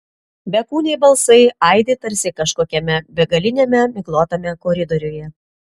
bekūniai balsai aidi tarsi kažkokiame begaliniame miglotame koridoriuje